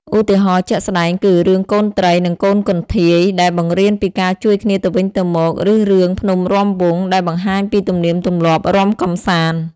ឧទាហរណ៍ជាក់ស្ដែងគឺ រឿង កូនត្រី និងកូនកន្ធាយ ដែលបង្រៀនពីការជួយគ្នាទៅវិញទៅមក ឬរឿង ភ្នំរាំវង់ ដែលបង្ហាញពីទំនៀមទម្លាប់រាំកម្សាន្ត។